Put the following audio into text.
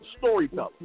storyteller